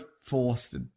forced